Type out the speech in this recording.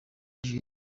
hejuru